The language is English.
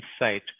insight